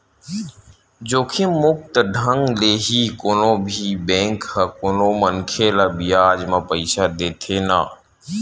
जोखिम मुक्त ढंग ले ही कोनो भी बेंक ह कोनो मनखे ल बियाज म पइसा देथे न